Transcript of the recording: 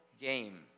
game